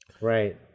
Right